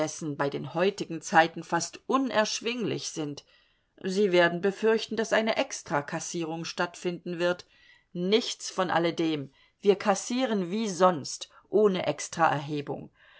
bei den heutigen zeiten fast unerschwinglich sind sie werden befürchten daß eine extrakassierung stattfinden wird nichts von alledem wir kassieren wie sonst ohne